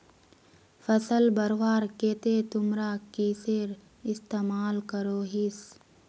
फसल बढ़वार केते तुमरा किसेर इस्तेमाल करोहिस?